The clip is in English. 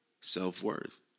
self-worth